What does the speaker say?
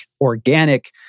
organic